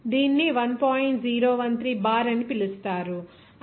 013 bar అని పిలుస్తారు